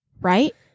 Right